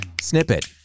Snippet